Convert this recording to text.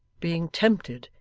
being tempted,